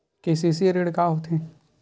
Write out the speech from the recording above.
KCC ऋण का होथे?